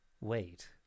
Wait